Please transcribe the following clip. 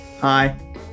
Hi